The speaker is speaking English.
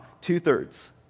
two-thirds